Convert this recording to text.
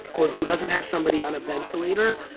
or who doesn't have somebody on a ventilator,